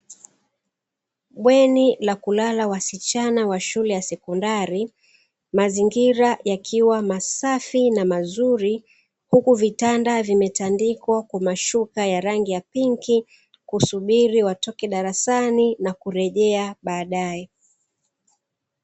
Bweni la kulala wasichana wa shule ya sekondari, mazingira yakiwa masafi na mazuri, huku vitanda vimetandikwa kwa mashuka ya rangi ya pinki, kusubiri watoke darasani na kurejea baadaye.